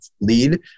lead